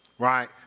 Right